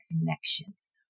connections